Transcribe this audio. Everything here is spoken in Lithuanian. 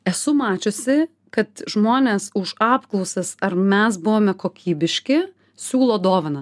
esu mačiusi kad žmonės už apklausas ar mes buvome kokybiški siūlo dovaną